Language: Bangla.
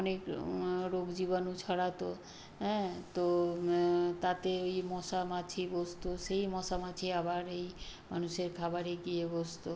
অনেক রোগ জীবাণু ছড়াতো অ্যাঁ তো তাতে ওই মশা মাছি বসতো সেই মশা মাছি আবার এই মানুষের খাবারে গিয়ে বসতো